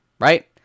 right